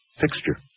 fixture